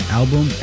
album